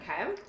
Okay